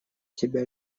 тебя